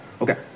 Okay